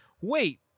Wait